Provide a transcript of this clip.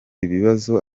ibibazo